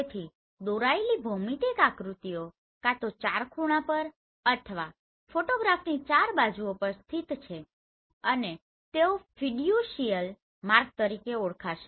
તેથી ઓપ્ટિકલી દોરાયેલી ભૌમિતિક આકૃતિઓ કાં તો ચાર ખૂણા પર અથવા ફોટોગ્રાફની ચાર બાજુઓ પર સ્થિત છે અને તેઓ ફિડ્યુશીયલ માર્ક તરીકે ઓળખાય છે